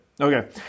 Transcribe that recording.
Okay